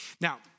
Now